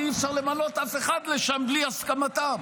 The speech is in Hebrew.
כי אי-אפשר למנות אף אחד לשם בלי הסכמתם,